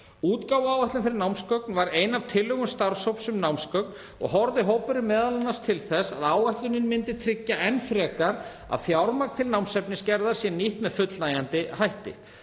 Útgáfuáætlun fyrir námsgögn var ein af tillögum starfshóps um námsgögn og horfði hópurinn m.a. til þess að áætlunin myndi tryggja enn frekar að fjármagn til námsefnisgerðar sé nýtt með fullnægjandi hætti.